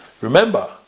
Remember